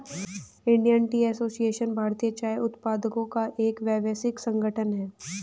Indian tea association भारतीय चाय उत्पादकों का एक व्यावसायिक संगठन है